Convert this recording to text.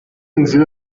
nzira